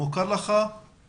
האם מוכרת לך הסוגיה?